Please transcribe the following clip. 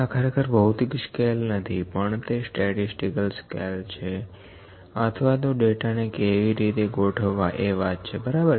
આ ખરેખર ભૌતિક સ્કેલ નથી પણ તે સ્ટેટિસ્તિકલ સ્કેલ છે અથવા તો ડેટા ને કેવી રીતે ગોઠવવા એ વાત છે બરાબર